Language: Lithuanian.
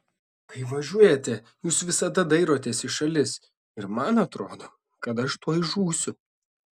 kai važiuojate jūs visada dairotės į šalis ir man atrodo kad aš tuoj žūsiu